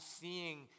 seeing